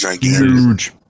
Huge